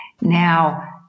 Now